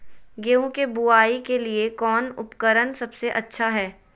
गेहूं के बुआई के लिए कौन उपकरण सबसे अच्छा है?